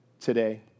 today